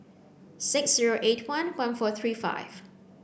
six zero eight one one four three five